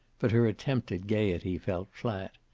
but her attempt at gayety fell flat.